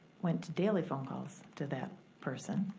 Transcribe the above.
went to daily phone calls to that person.